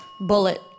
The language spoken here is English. Bullet